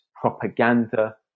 propaganda